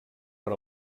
per